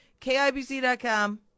kibc.com